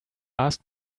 ask